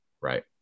right